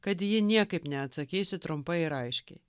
kad į jį niekaip neatsakysi trumpai ir aiškiai